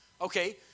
Okay